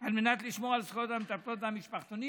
על מנת לשמור על זכויות מטפלות המשפחתונים,